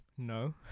No